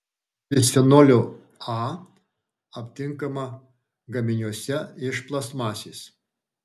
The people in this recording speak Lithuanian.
bisfenolio a aptinkama gaminiuose iš plastmasės